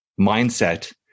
mindset